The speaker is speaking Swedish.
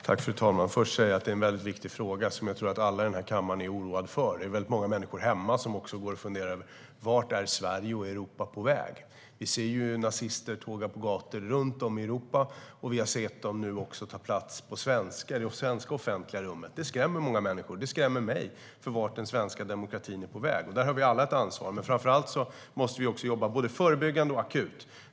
Fru talman! Jag vill först säga att det är en mycket viktig fråga som jag tror att alla här i kammaren är oroade över. Det är också många människor hemma som funderar över: Vart är Sverige och Europa på väg? Vi ser ju nazister tåga på gatorna runt om i Europa, och vi har nu också sett dem ta plats i det svenska offentliga rummet. Det skrämmer många människor, och det skrämmer mig, när det gäller vart den svenska demokratin är på väg. Där har vi alla ett ansvar. Men framför allt måste vi jobba både förebyggande och akut.